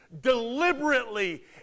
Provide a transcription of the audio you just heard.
deliberately